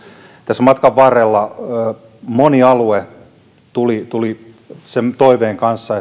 tässä matkan varrella moni alue tuli tuli sen toiveen kanssa